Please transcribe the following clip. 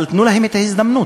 אבל תנו להם את ההזדמנות.